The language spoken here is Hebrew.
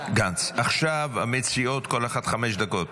עכשיו המציעות, כל אחת חמש דקות.